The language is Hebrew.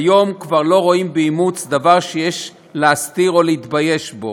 כיום כבר לא רואים באימוץ דבר שיש להסתיר או להתבייש בו,